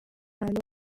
umwami